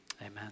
Amen